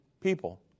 people